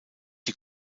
die